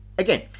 Again